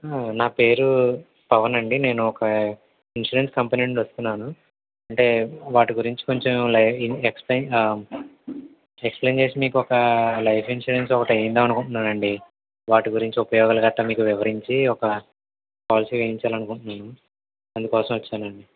నా పేరు పవన్ అండి నేను ఒక ఇన్స్యూరెన్స్ కంపెనీ నుండి వస్తున్నాను అంటే దాని గురించి నేను లైట్ ఎక్స్ప్లయిన్ ఎక్స్ప్లయిన్ చేసి మీకు ఒక లైఫ్ ఇన్స్యూరెన్స్ ఒకటి వేయిద్దామనుకుంటూన్నానండి వాటి గురించి ఉపయోగాలు గుట్టా మీకు వివరించి ఒక పాలసీ వేయించాలనుకుంటున్నాను అందుకోసం వచ్చానండి